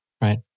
Right